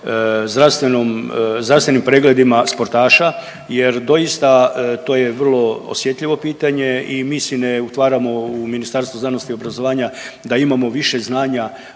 zdravstvenim pregledima sportaša jer doista to je vrlo osjetljivo pitanje i mi se ne utvaramo u Ministarstvu znanosti i obrazovanja da imamo više znanja